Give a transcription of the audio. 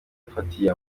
yafatiye